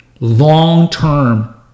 Long-term